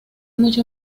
mucho